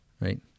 Right